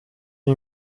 wie